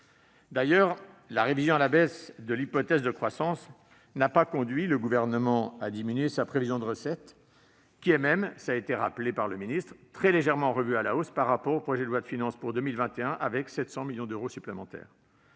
D'ailleurs, la révision à la baisse de l'hypothèse de croissance n'a pas conduit le Gouvernement à diminuer sa prévision de recettes, laquelle est même, comme le ministre l'a souligné, très légèrement réévaluée par rapport au projet de loi de finances pour 2021, à hauteur de 700 millions d'euros supplémentaires.